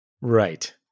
Right